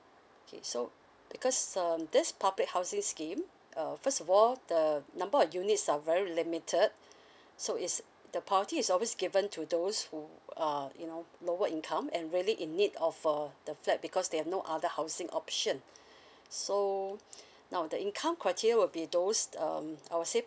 okay so because um this public housing scheme uh first of all the number of units are very limited so is the priority is always given to those who uh you know lower income and really in need of a flat because they have no other housing option so now the income criteria will be those um I'll say